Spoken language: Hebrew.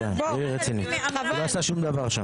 הוא לא עשה שם שום דבר.